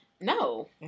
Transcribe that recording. No